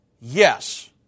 yes